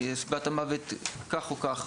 סיבת המוות כך או כך.